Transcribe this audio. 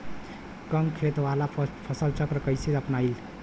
कम खेत वाला फसल चक्र कइसे अपनाइल?